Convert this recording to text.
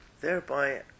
Thereby